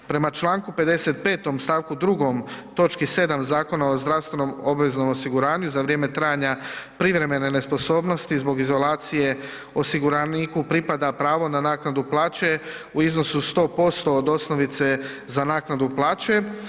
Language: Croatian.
Prema čl. 55. st. 2. točki 7. Zakona o zdravstvenom obveznom osiguranju, za vrijeme trajanja privremene nesposobnosti zbog izolacije, osiguraniku pripada pravo na naknadu plaće u iznosu 100% od osnovice za naknadu plaće.